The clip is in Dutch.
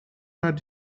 maar